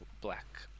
black